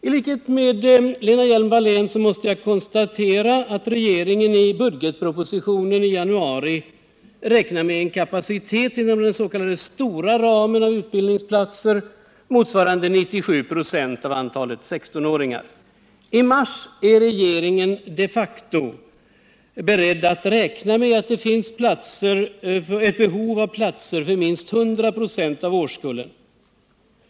I likhet med Lena Hjelm-Wallén måste jag konstatera att regeringen i budgetpropositionen i januari räknar med en kapacitet inom den s.k. stora ramen av utbildningsplatser motsvarande 97 96 av antalet 16-åringar. I mars är regeringen de facto beredd att räkna med att det finns behov av platser för minst 100 96 av årskullen.